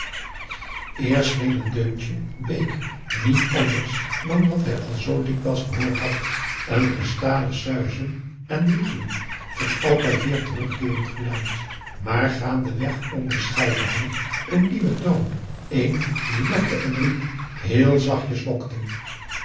scheen het deuntje bake niet anders dan wat hij al zoo dikwijls gehoord had een gestadig suizen en wiegelen van altijd weêr terugkeerend geluid maar gaandeweg onderscheidde hij een nieuwen toon een die lokte en riep heel zachtjes lokte